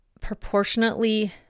proportionately